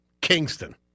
Kingston